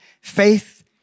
Faith